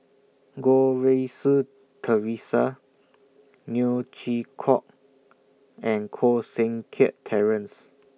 Goh Rui Si Theresa Neo Chwee Kok and Koh Seng Kiat Terence